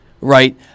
right